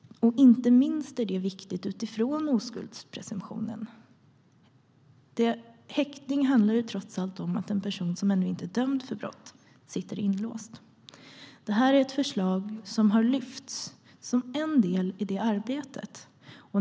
Inte minst är det viktigt utifrån oskuldspresumtionen. Häktning handlar trots allt om att en person som ännu inte dömts för brott sitter inlåst. Det här är ett förslag som lyfts fram som en del i detta arbete.